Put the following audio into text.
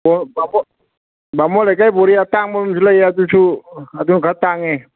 ꯕꯥꯃꯣꯟ ꯂꯩꯀꯥꯏ ꯕꯣꯔꯤ ꯑꯇꯥꯡꯕ ꯑꯝꯖꯁꯨ ꯂꯩ ꯑꯗꯨꯁꯨ ꯑꯗꯨꯅ ꯈꯔ ꯇꯥꯡꯉꯦ